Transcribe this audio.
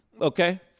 okay